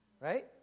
right